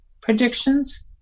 predictions